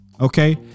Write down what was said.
okay